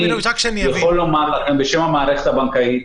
בלי קשר אני יכול לומר לכם בשם המערכת הבנקאית,